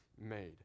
made